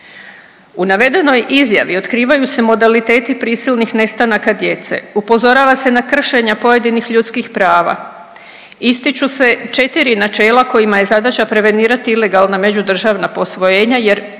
U navedenoj izjavi otkrivaju se modaliteti prisilnih nestanaka djece, upozorava se na kršenja pojedinih ljudskih prava, ističu se četiri načela kojima je zadaća prevenirati ilegalna međudržavna posvojenja jer